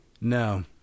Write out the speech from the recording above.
No